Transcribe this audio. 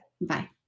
Bye